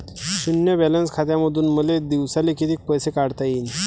शुन्य बॅलन्स खात्यामंधून मले दिवसाले कितीक पैसे काढता येईन?